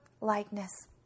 likeness